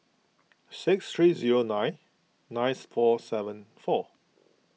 six three zero nine ninth four seven four